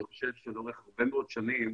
אני חושב שלאורך הרבה מאוד שנים